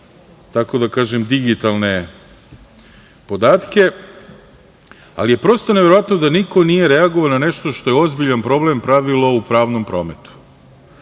karti na digitalne podatke. Ali, prosto je neverovatno da niko nije reagovao na nešto što je ozbiljan problem pravilo u pravnom prometu,